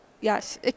Yes